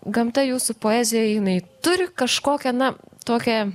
gamta jūsų poezijoj jinai turi kažkokią na tokią